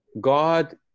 God